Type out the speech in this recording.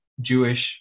Jewish